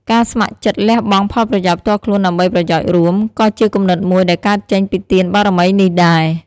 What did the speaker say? ការស្ម័គ្រចិត្តលះបង់ផលប្រយោជន៍ផ្ទាល់ខ្លួនដើម្បីប្រយោជន៍រួម ក៏ជាគំនិតមួយដែលកើតចេញពីទានបារមីនេះដែរ។